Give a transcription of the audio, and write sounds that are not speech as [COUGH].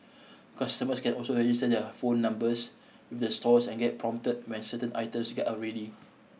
[NOISE] customers can also register their phone numbers with the stores and get prompted when certain items are ready